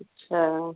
अच्छा